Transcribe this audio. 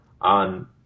on